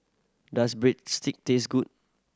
does Breadstick taste good